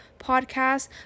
podcast